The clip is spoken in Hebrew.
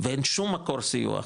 ואין שום מקור סיוע אחר,